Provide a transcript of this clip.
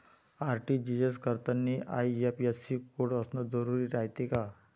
RTGS करतांनी IFSC code असन जरुरी रायते का?